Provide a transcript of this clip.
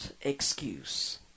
excuse